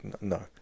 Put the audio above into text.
no